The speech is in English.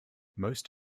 most